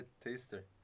taster